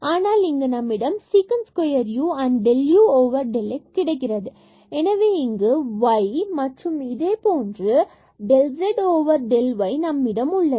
ஆனால் இங்கு நம்மிடம் sec square u del u del x கிடைக்கிறது எனவே இங்கு y மற்றும் இதேபோன்று del z del y நம்மிடம் உள்ளது